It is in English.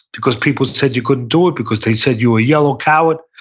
because people said you couldn't do it, because they said you were a yellow coward,